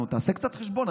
נו, תעשה קצת חשבון.